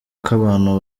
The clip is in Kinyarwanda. k’abantu